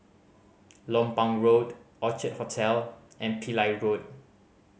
Lompang Road Orchard Hotel and Pillai Road